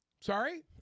Sorry